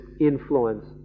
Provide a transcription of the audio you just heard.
influence